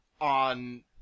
on